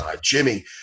Jimmy